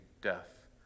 death